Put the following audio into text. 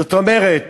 זאת אומרת